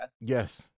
Yes